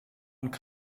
und